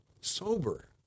sober